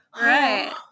Right